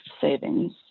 savings